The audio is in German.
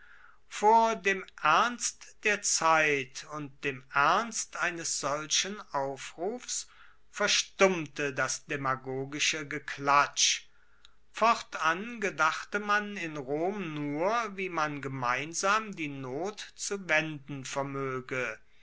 vor dem ernst der zeit und dem ernst eines solchen aufrufs verstummte das demagogische geklatsch fortan gedachte man in rom nur wie man gemeinsam die not zu wenden vermoege